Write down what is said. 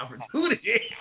opportunity